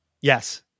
Yes